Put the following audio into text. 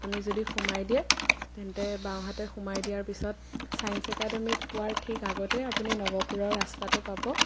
আপুনি যদি সোমাই দিয়ে তেন্তে বাওঁহাতে সোমাই দিয়াৰ পিছত চাইন্স একাডেমি পোৱাৰ ঠিক আগতে আপুনি নৱপুৰৰ ৰাস্তাটো পাব